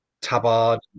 tabard